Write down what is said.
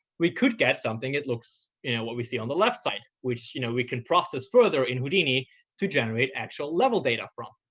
we could get something that looks you know what we see on the left side, which you know we can process further in houdini to generate actual level data from.